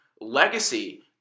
legacy